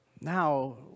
now